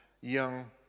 young